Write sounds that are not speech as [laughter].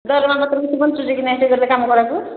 ଦରମା ପତ୍ର କିଛି ବଞ୍ଚୁଛି କି ନାହିଁ ସେ [unintelligible] କାମ କଲାଠୁ